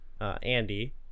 Andy